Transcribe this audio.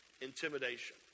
Intimidation